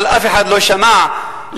אבל אף אחד לא שמע להתרעותיו,